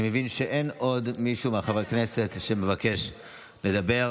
אני מבין שאין עוד מישהו מחברי הכנסת שמבקש לדבר.